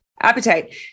Appetite